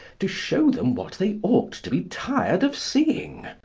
to show them what they ought to be tired of seeing,